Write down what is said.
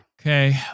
Okay